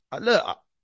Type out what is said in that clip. look